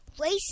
race